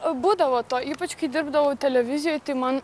būdavo to ypač kai dirbdavau televizijoj tai man